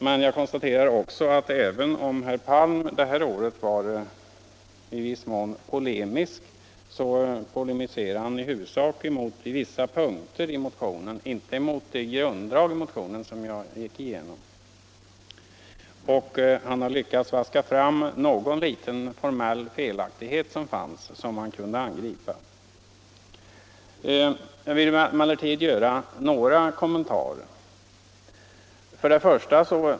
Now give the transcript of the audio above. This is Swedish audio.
Men även om herr Palm var i viss mån polemisk, konstaterar jag att han egentligen polemiserade mot vissa punkter i motionen, inte mot de grunddrag i motionen som jag gick igenom. Han lyckades också vaska fram någon liten formell felaktighet som han kunde angripa. Jag vill emellertid göra några kommentarer till herr Palms anförande.